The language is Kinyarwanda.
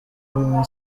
umwe